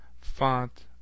font